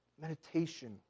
meditation